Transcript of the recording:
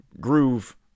groove